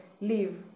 Leave